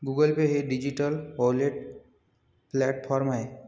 Google Pay हे digital wallet platform आहे